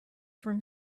from